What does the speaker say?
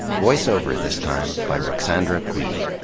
voiceover this time by ruxandra guidi.